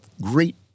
great